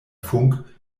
funk